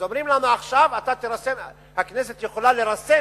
אז אומרים לנו עכשיו שהכנסת יכולה לרסן